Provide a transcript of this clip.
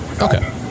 Okay